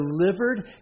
delivered